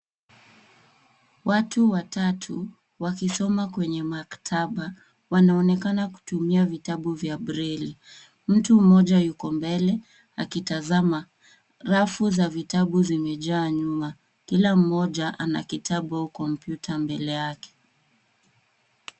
Watu watatu wakisoma kwenye maktaba. Wanaonekana kutumia vitabu vya braille .Mtu mmoja yuko mbele akitazama. Rafu za vitabu zimejaa nyuma. Kila mmoja akona kitabu au kompyuta mbele yake.